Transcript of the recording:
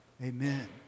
Amen